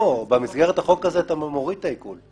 לא, במסגרת החוק הזה אתה מוריד את העיקול.